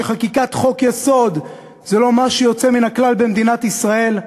שחקיקת חוק-יסוד זה לא משהו יוצא מן הכלל במדינת ישראל?